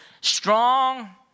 strong